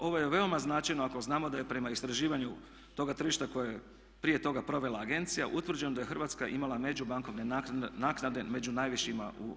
Ovo je veoma značajno ako znamo da je prema istraživanju toga tržišta koje je prije toga provela agencija utvrđeno da je Hrvatska imala međubankovne naknade među najvišima u EU.